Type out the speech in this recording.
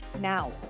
now